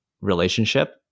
relationship